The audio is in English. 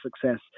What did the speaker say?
success